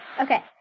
Okay